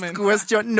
question